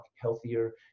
healthier